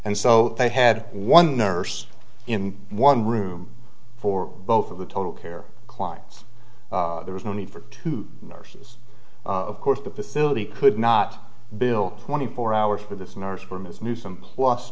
and so they had one nurse in one room for both of the total care clients there was no need for two nurses of course the facility could not built twenty four hour for this nurse